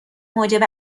موجب